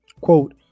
Quote